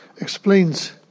explains